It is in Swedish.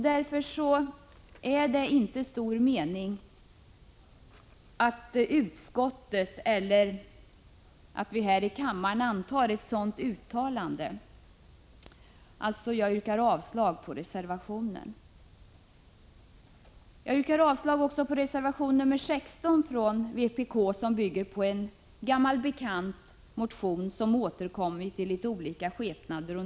Därför är det inte stor mening med att utskottet eller vi här i kammaren gör ett sådant uttalande. Jag yrkar avslag på reservationen. Jag yrkar avslag också på reservation nr 16 från vpk, som bygger på ett gammalt bekant motionskrav som genom åren har återkommit i litet olika skepnader.